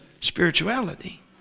spirituality